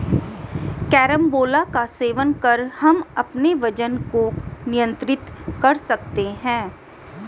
carambola का सेवन कर हम अपने वजन को नियंत्रित कर सकते हैं